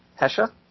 Hesha